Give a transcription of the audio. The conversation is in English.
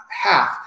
half